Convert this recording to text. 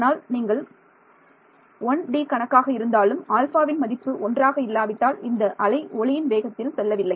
ஆனால் நீங்கள் 1D கணக்காக இருந்தாலும் ஆல்பாவின் மதிப்பு ஒன்றாக இல்லாவிட்டால் இந்த அலை ஒளியின் வேகத்தில் செல்லவில்லை